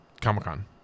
Comic-Con